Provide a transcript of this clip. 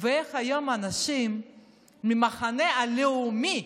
ואיך היום אנשים מהמחנה הלאומי,